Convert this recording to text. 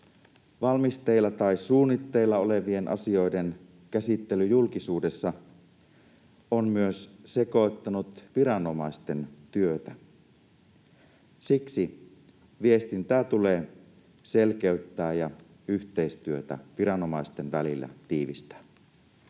Valmisteilla tai suunnitteilla olevien asioiden käsittely julkisuudessa on myös sekoittanut viranomaisten työtä. Siksi viestintää tulee selkeyttää ja yhteistyötä viranomaisten välillä tiivistää.